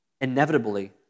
inevitably